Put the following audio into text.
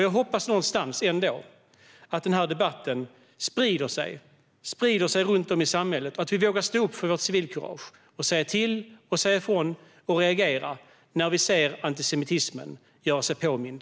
Jag hoppas ändå någonstans att den här debatten sprider sig runt om i samhället och att vi vågar stå upp för vårt civilkurage och säga till, säga ifrån och reagera nästa gång när vi ser att antisemitismen gör sig påmind.